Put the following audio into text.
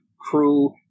crew